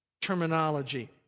terminology